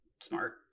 smart